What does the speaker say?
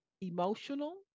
emotional